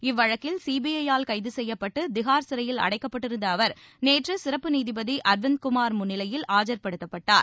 இவ்வழக்கில் சிபிஐயால் கைது செய்யப்பட்டு திஹார் சிறையில் அடைக்கப்பட்டிருந்த அவர் நேற்று சிறப்பு நீதிபதி அர்விந்த் குமார் முன்னிலையில் ஆஜர் படுத்தப்பட்டார்